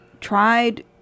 tried